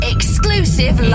Exclusive